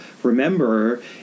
Remember